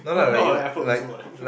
no not her effort also what